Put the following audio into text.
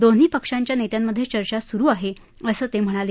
दोन्ही पक्षाच्या नेत्यांमधे चर्चा सुरू आहे असं ते म्हणाले